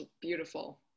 beautiful